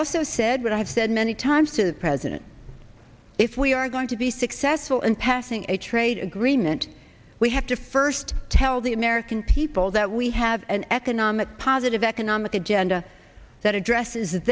also said what i've said many times to the president if we are going to be successful in passing a trade agreement we have to first tell the american people that we have an economic positive economic agenda that addresses